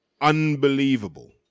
unbelievable